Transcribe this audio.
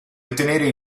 ottenere